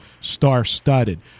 star-studded